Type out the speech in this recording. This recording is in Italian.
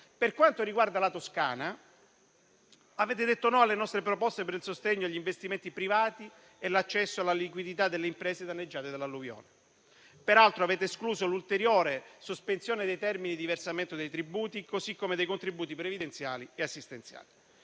Per quanto riguarda la Toscana, avete detto di no alle nostre proposte per il sostegno agli investimenti privati e l'accesso alla liquidità da parte delle imprese danneggiate dall'alluvione. Peraltro, avete escluso l'ulteriore sospensione dei termini di versamento dei tributi, così come dei contributi previdenziali e assistenziali.